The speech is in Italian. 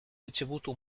ricevuto